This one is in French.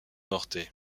norte